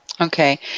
okay